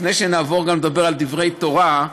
לפני שנעבור לדבר גם על דברי תורה,